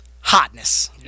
Hotness